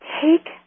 take